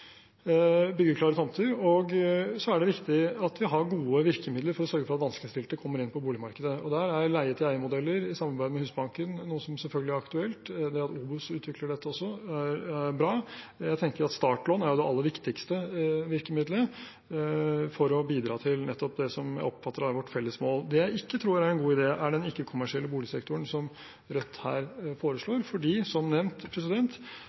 byggeklare tomter. Så er det viktig at vi har gode virkemidler for å sørge for at vanskeligstilte kommer inn på boligmarkedet. Der er leie-til-eie-modeller, i samarbeid med Husbanken, noe som selvfølgelig er aktuelt. Det at OBOS utvikler dette også, er bra. Jeg tenker at startlån er det aller viktigste virkemidlet for å bidra til nettopp det som jeg oppfatter er vårt felles mål. Det jeg ikke tror er en god idé, er den ikke-kommersielle boligsektoren som Rødt her foreslår, fordi – som nevnt